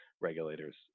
regulators